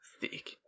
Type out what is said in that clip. thick